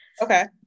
okay